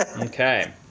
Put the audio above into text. Okay